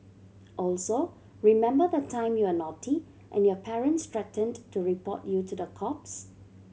also remember the time you were naughty and your parents threatened to report you to the cops